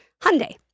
Hyundai